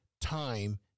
Time